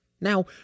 Now